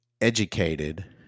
educated